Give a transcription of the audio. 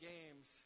Games